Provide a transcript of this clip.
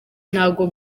ntabwo